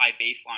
baseline